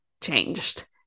changed